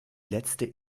letzte